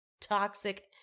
Toxic